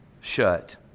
shut